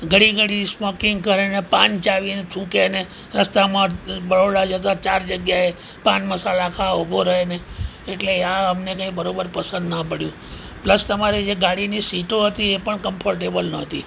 ઘડી ઘડી સ્મોકીંગ કરે ને પાન ચાવીને થૂંકે ને રસ્તામાં બરોડા જતા ચાર જગ્યાએ પાનમસાલા ખાવા ઊભો રહે ને એટલે ત્યાં અમને કાંઈ બરોબર પસંદ ના પડ્યું પ્લસ તમારી જે ગાડીની સીટો હતી એ પણ કમ્ફર્ટેબલ નહોતી